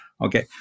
Okay